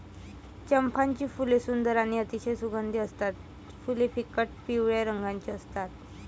चंपाची फुले सुंदर आणि अतिशय सुगंधी असतात फुले फिकट पिवळ्या रंगाची असतात